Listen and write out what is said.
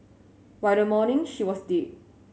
by the morning she was dead